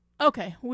okay